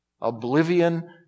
oblivion